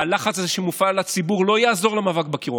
הלחץ הזה שמופעל על הציבור לא יעזור למאבק בקורונה.